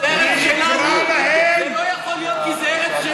ונקרא להם, זה לא יכול להיות,